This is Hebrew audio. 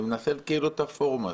אני מנצל את הפורום הזה,